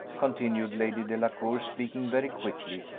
continued lady delacour, speaking very quickly,